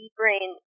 brain